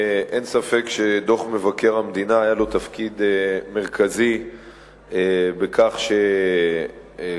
אין ספק שלדוח מבקר המדינה יש תפקיד מרכזי בכך שהרבה